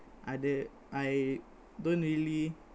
other I don't really